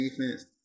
defense